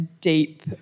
deep